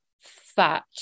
fat